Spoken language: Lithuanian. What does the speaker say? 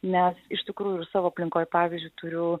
nes iš tikrųjų ir savo aplinkoj pavyzdžiui turiu